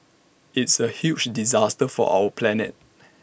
it's A huge disaster for our planet